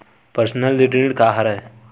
Personal ऋण का हरय?